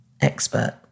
expert